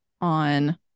on